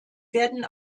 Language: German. werden